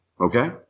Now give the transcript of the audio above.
okay